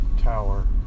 tower